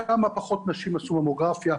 כמה פחות נשים עשו ממוגרפיה,